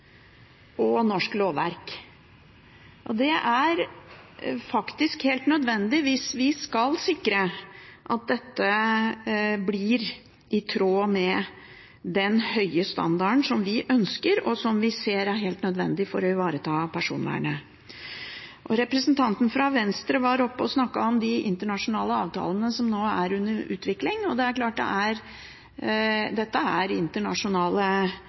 og norsk lovverk. Det er faktisk helt nødvendig hvis vi skal sikre at dette blir i tråd med den høye standarden som vi ønsker, og som vi ser er helt nødvendig for å ivareta personvernet. Representanten fra Venstre var oppe og snakket om de internasjonale avtalene som nå er under utvikling. Det er klart at dette i sin natur er internasjonale